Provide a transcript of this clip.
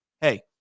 hey